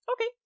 okay